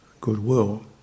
goodwill